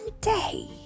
day